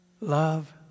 Love